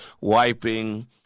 wiping